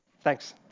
Thanks